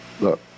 Look